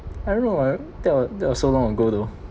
I don't know why that was that was so long ago though